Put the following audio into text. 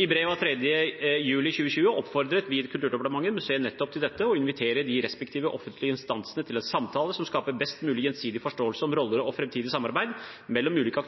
I brev av 3. juli 2020 oppfordret vi i Kulturdepartementet museet nettopp til dette – å invitere de respektive offentlige instansene til en samtale som skaper best mulig gjensidig forståelse om roller og framtidig samarbeid mellom ulike